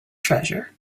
treasure